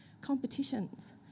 Competitions